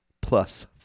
plus